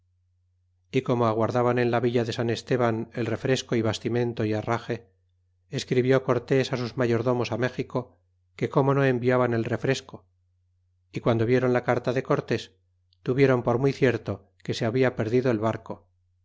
y como aguardaban en la villa de san esteban el refresco y bastimento y herrage escribió cortés sus mayordo mos á méxico que como no enviaban el refresco y guando vieron la carta de cortés tuvieron por muy cierto que se habia perdido el barco